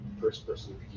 first-person